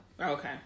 Okay